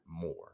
more